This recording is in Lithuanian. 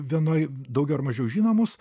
vienoj daugiau ar mažiau žinomus